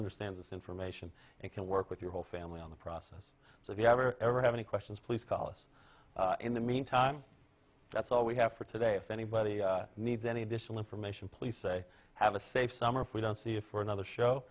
understands this information and can work with your whole family on the process so if you have or ever have any questions please call us in the meantime that's all we have for today if anybody needs any additional information please say have a safe summer if we don't see it for another show